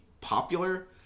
popular